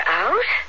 out